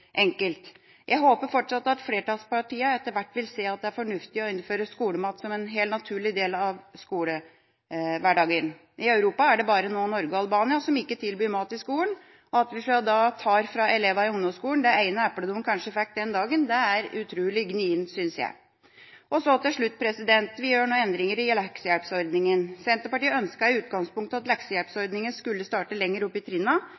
Jeg håper fortsatt at flertallspartiene etter hvert vil se at det er fornuftig å innføre skolemat som en helt naturlig del av skolehverdagen. I Europa er det nå bare Norge og Albania som ikke tilbyr mat i skolen. At vi da tar fra elevene i ungdomsskolen det ene eplet de kanskje fikk den dagen, er utrolig gnikent, synes jeg. Til slutt: Vi gjør nå endringer i leksehjelpsordninga. Senterpartiet ønsket i utgangspunktet at leksehjelpsordninga skulle startet lenger oppe i